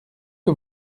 que